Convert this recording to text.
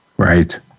Right